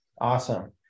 Awesome